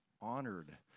honored